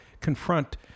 confront